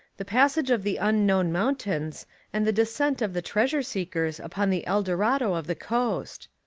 the passage of the unknown moun tains and the descent of the treasure seekers upon the eldorado of the coast?